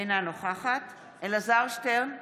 אינה נוכחת אלעזר שטרן,